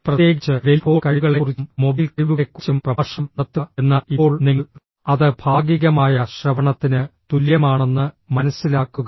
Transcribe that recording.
പ്രത്യേകിച്ച് ടെലിഫോൺ കഴിവുകളെക്കുറിച്ചും മൊബൈൽ കഴിവുകളെക്കുറിച്ചും പ്രഭാഷണം നടത്തുക എന്നാൽ ഇപ്പോൾ നിങ്ങൾ അത് ഭാഗികമായ ശ്രവണത്തിന് തുല്യമാണെന്ന് മനസ്സിലാക്കുക